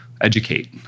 educate